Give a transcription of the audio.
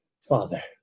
Father